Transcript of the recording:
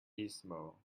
gizmo